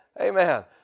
Amen